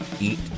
eat